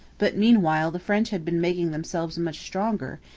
but meanwhile the french had been making themselves much stronger,